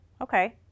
okay